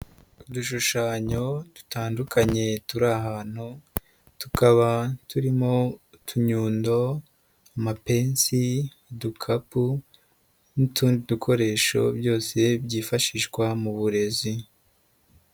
Udushushanyo dutandukanye turi ahantu. Tukaba turimo: utunyundo, amapensi, udukapu n'utundi dukoresho byose byifashishwa mu burezi.